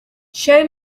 show